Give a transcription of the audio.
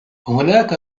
هناك